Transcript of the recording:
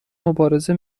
مبارزه